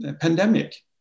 pandemic